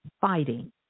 fighting